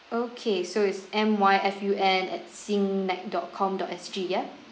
okay so it's M Y F U N at singnet dot com dot S G ya